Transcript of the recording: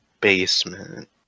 basement